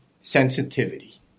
sensitivity